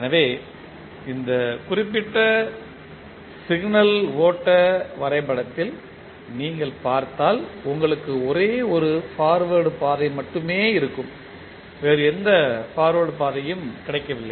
எனவே இந்த குறிப்பிட்ட சிக்னல் ஓட்ட வரைபடத்தில் நீங்கள் பார்த்தால் உங்களுக்கு ஒரே ஒரு பார்வேர்ட் பாதை மட்டுமே இருக்கும் வேறு எந்த பார்வேர்ட் பாதையும் கிடைக்கவில்லை